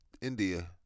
India